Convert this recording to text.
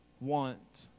want